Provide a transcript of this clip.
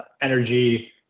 energy